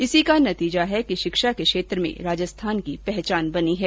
इसी का नतीजा है कि शिक्षा के क्षेत्र में राजस्थान की पहचान बनी है